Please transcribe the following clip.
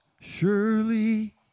Surely